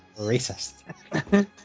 racist